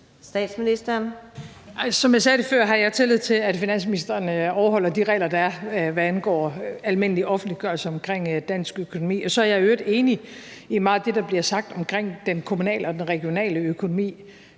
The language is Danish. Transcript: Frederiksen): Som jeg sagde før, har jeg tillid til, at finansministeren overholder de regler, der er, hvad angår almindelig offentliggørelse omkring dansk økonomi. Og så jeg i øvrigt enig i meget af det, der bliver sagt om den kommunale og den regionale økonomi.